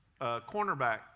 cornerback